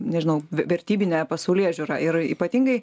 nežinau vertybine pasaulėžiūra ir ypatingai